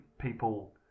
people